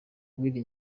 willy